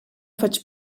faig